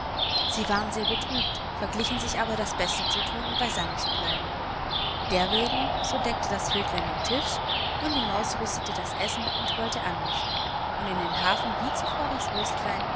sie waren sehr betrübt verglichen sich aber das beste zu thun und beisammen zu bleiben derowegen so deckte das vöglein den tisch und die maus rüstete das essen und wollte anrichten und in den hafen wie zuvor das würstlein